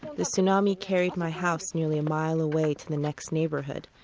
the tsunami carried my house nearly a mile away to the next neighborhood,